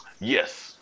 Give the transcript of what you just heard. yes